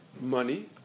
money